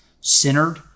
centered